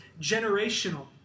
generational